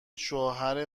شوهر